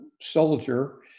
soldier